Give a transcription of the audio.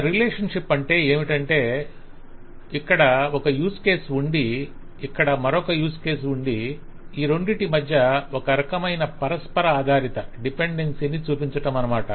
ఒక రిలేషన్షిప్ అంటే ఏమిటంటే ఇక్కడ ఒక యూజ్ కేస్ ఉండి ఇక్కడ మరొక యూజ్ కేస్ ఉందడి ఈ రెండిటి మధ్య ఒక రకమైన పరస్పర ఆధారత ని చూపించటామనమాట